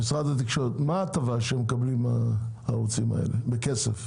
מה ההטבה שהם מקבלים הערוצים האלה בכסף?